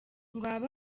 ngabo